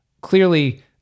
clearly